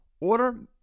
Order